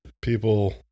people